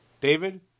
David